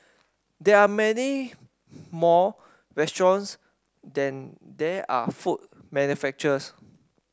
there are many more restaurants than there are food manufacturers